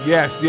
Yes